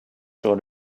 sur